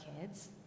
kids